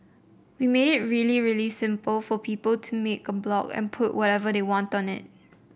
we made it really really simple for people to make a blog and put whatever they want on it